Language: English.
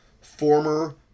former